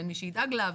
ואין מי שידאג לה,